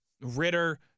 Ritter